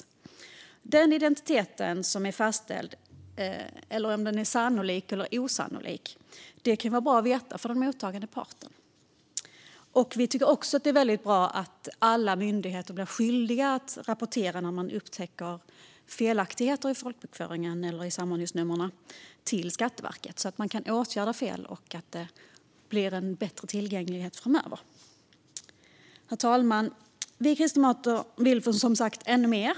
Om den identitet som är fastställd är sannolik eller osannolik kan vara bra för den mottagande parten att veta. Vi tycker också att det är väldigt bra att alla myndigheter blir skyldiga att rapportera till Skatteverket när de upptäcker felaktigheter i folkbokföringen eller med samordningsnummer så att fel kan åtgärdas och tillgängligheten bli bättre framöver. Herr talman! Vi kristdemokrater vill som sagt ännu mer.